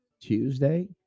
Tuesday